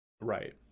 Right